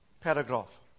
paragraph